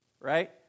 right